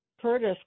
Curtis